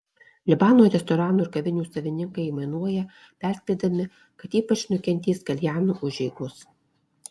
libano restoranų ir kavinių savininkai aimanuoja perspėdami kad ypač nukentės kaljanų užeigos